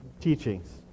teachings